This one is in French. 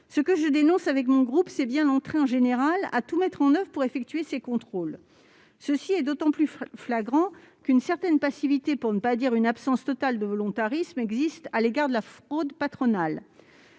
ce que je dénonce, avec mon groupe, c'est bien l'entrain général à tout mettre en oeuvre pour effectuer ces contrôles. C'est d'autant plus flagrant qu'une certaine passivité, pour ne pas dire une absence totale de volontarisme, existe à l'égard de la fraude patronale.